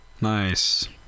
nice